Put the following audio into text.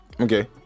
Okay